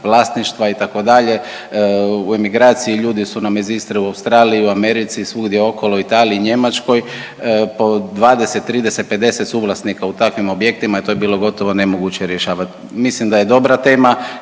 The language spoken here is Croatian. vlasništva, itd., u emigraciji, ljudi su nam iz Istre u Australiju, Americi, svugdje okolo, Italiji, Njemačkoj, po 20, 30, 50 suvlasnika u takvim objektima i to je bilo gotovo nemoguće rješavati. Mislim da je dobra tema,